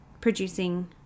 producing